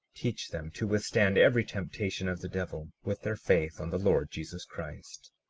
teach them to withstand every temptation of the devil, with their faith on the lord jesus christ.